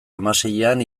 hamaseian